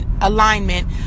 alignment